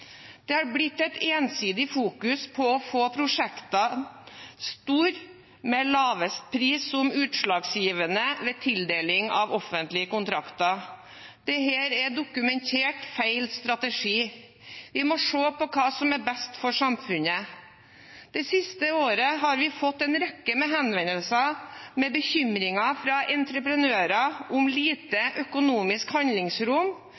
Det har blitt et ensidig fokus på å få prosjektene store, med lavest pris som utslagsgivende ved tildeling av offentlige kontrakter. Dette er dokumentert feil strategi. Vi må se på hva som er best for samfunnet. Det siste året har vi fått en rekke henvendelser med bekymringer fra entreprenører om lite økonomisk handlingsrom